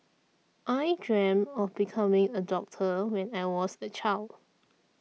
I dreamt of becoming a doctor when I was a child